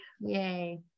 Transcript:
Yay